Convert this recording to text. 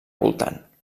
voltant